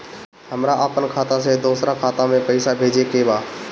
हमरा आपन खाता से दोसरा खाता में पइसा भेजे के बा